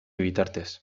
bitartez